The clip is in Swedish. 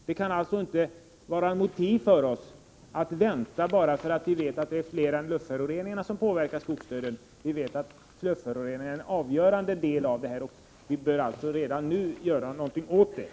Det kan alltså inte vara motiv för att vi skulle vänta — bara för att vi vet att det är mer än luftföroreningarna som påverkar skogsdöden. Vi vet att luftföroreningarna är en avgörande del i sammanhanget, och vi bör alltså redan nu göra någonting åt dem.